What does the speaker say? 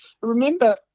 Remember